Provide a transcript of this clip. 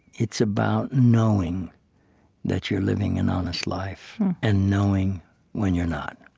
it's about knowing that you are living an honest life and knowing when you are not,